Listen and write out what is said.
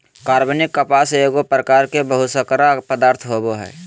कार्बनिक कपास एगो प्रकार के बहुशर्करा पदार्थ होबो हइ